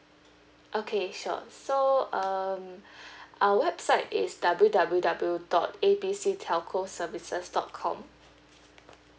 okay sure so um our website is W W W dot A B C telco services dot com